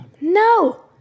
No